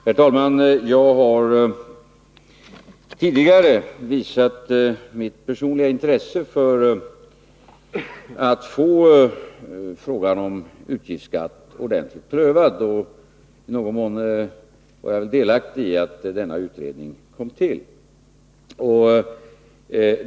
Herr talman! Jag har tidigare visat mitt personliga intresse för att få frågan om utgiftsskatt ordentligt prövad, och i någon mån var jag delaktig i att utredningen kom till.